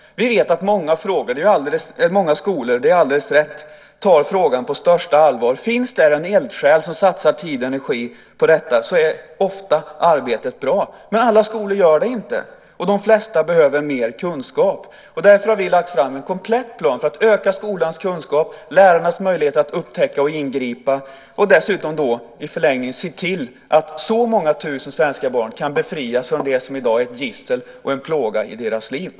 Vi vet att många skolor, det är alldeles rätt, tar frågan på största allvar. Om det finns en eldsjäl som satsar tid och energi på detta är arbetet ofta bra. Men alla skolor gör inte detta. Och de flesta behöver mer kunskap. Därför har vi lagt fram en komplett plan för att öka skolans kunskap och lärarnas möjligheter att upptäcka och ingripa och dessutom i förlängningen se till att så många tusen svenska barn kan befrias från det som i dag är ett gissel och en plåga i deras liv.